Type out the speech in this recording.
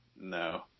No